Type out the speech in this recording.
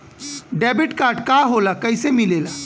Debit card का होला कैसे मिलेला?